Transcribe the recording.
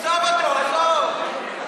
עזוב אותו, עזוב.